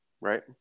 Right